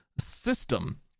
system